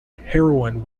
heroin